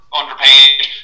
underpaid